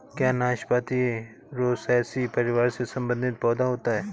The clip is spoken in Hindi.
क्या नाशपाती रोसैसी परिवार से संबंधित पौधा होता है?